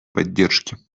поддержки